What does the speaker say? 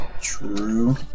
True